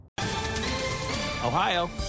Ohio